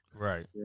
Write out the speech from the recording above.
right